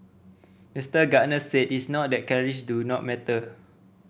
Mister Gardner said it's not that calories do not matter